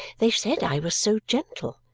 they said i was so gentle,